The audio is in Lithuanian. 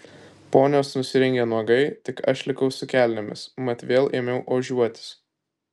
ponios nusirengė nuogai tik aš likau su kelnėmis mat vėl ėmiau ožiuotis